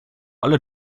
alle